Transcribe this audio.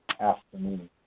afternoon